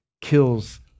kills